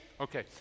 Okay